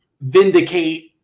vindicate